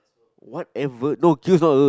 whatever no Q's not good